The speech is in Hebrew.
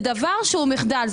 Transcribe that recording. זה דבר שהוא מהווה מחדל.